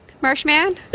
Marshman